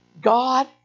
God